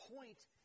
point